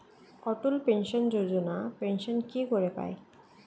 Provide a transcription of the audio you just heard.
অটল pension যোজনা pension কি করে পায়?